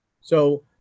So-